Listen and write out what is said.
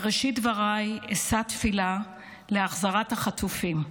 בראשית דבריי אשא תפילה להחזרת החטופים.